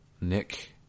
nick